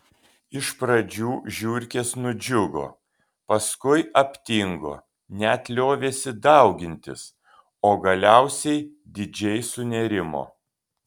iš pradžių žiurkės nudžiugo paskui aptingo net liovėsi daugintis o galiausiai didžiai sunerimo